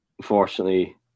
Unfortunately